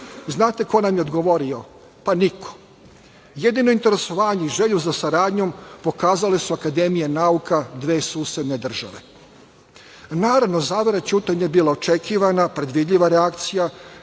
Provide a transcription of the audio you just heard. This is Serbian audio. Znate ko nam je odgovorio? Niko. Jedino interesovanje i želju za saradnjom pokazale su akademije nauka dve susedne države. Naravno, zavera ćutanja je bila očekivana, predvidljiva reakcija,